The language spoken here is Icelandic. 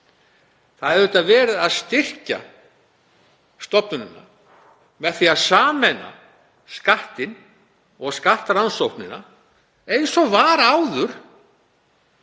Það er auðvitað verið að styrkja stofnunina með því að sameina Skattinn og skattrannsóknina eins og áður